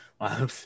Wow